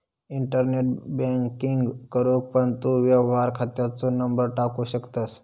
internet banking करूक पण तू व्यवहार खात्याचो नंबर टाकू शकतंस